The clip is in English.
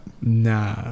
Nah